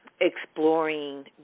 exploring